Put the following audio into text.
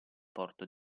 porto